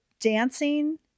dancing